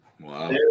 Wow